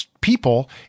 people